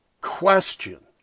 question